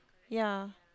ya